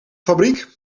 fabriek